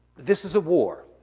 this is a war.